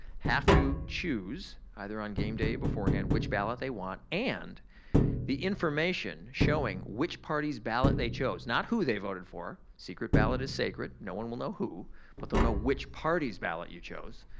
have to choose either on game day beforehand which ballot they want and the information showing which party's ballot they chose, not who they voted for, secret ballot is sacred. no one will know who but they'll know which party's ballot you chose.